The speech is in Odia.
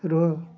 ରୁହ